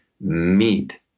meet